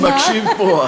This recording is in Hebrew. מי מקשיב פה,